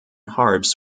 harps